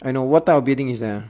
I know what type of building is that ah